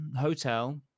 hotel